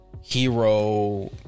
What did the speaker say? Hero